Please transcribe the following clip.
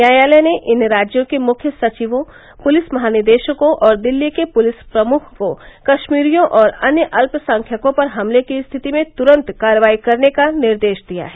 न्यायालय ने इन राज्यों के मुख्य सचिवों पुलिस महानिदेशकों और दिल्ली के पुलिस प्रमुख को कश्मीरियों और अन्य अल्पसंख्यकों पर हमले की स्थिति में तुरंत कार्रवाई करने का निर्देश दिया है